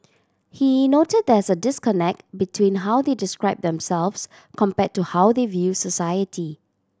he noted that there is a disconnect between how they describe themselves compared to how they view society